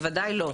בוודאי שלא.